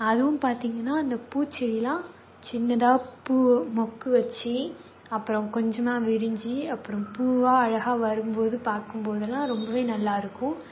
அதுவும் பார்த்திங்கனா இந்த பூச்செடிலாம் சின்னதாக பூ மொக்குவச்சு அப்புறம் கொஞ்சமாக விரிஞ்சு அப்புறம் பூவா அழகாக வரும்போது பார்க்கும்போதுலாம் ரொம்பவே நல்லா இருக்கும்